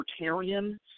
libertarian